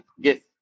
get